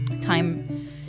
time